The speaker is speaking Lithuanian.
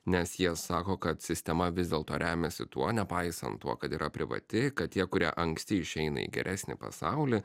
nes jie sako kad sistema vis dėlto remiasi tuo nepaisant tuo kad yra privati kad tie kurie anksti išeina į geresnį pasaulį